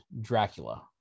dracula